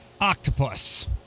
octopus